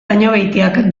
dañobeitiak